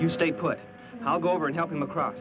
you stay put i'll go over and help them across